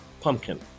Pumpkin